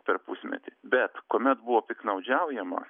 per pusmetį bet kuomet buvo piktnaudžiaujama